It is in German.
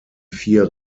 vier